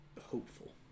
hopeful